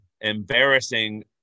embarrassing